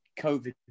COVID